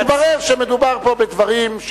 והתברר שמדובר פה בדברים,